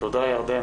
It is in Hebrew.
תודה ירדן